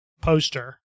poster